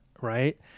right